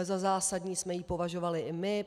Za zásadní jsme ji považovali i my.